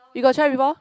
you got try before